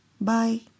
Bye